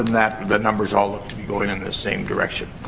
that, the numbers all look to be going in the same direction.